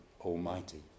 almighty